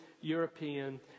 European